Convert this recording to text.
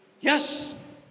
yes